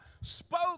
spoke